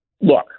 Look